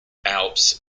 alps